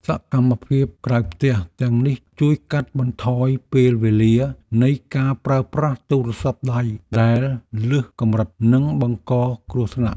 សកម្មភាពក្រៅផ្ទះទាំងនេះជួយកាត់បន្ថយពេលវេលានៃការប្រើប្រាស់ទូរស័ព្ទដៃដែលលើសកម្រិតនិងបង្កគ្រោះថ្នាក់។